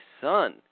son